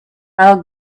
how